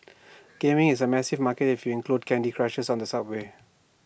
gaming is A massive market if you include candy Crushers on the subway